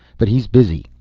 but he's busy,